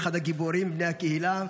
אחד הגיבורים בני הקהילה.